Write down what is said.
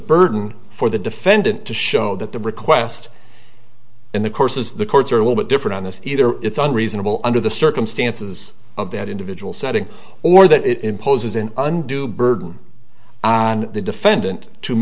burden for the defendant to show that the request in the course is the courts are a little bit different on this either it's unreasonable under the circumstances of that individual setting or that it imposes an undue burden on the defendant to